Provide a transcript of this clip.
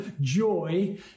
joy